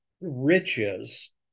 riches